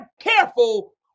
careful